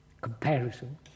comparison